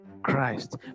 Christ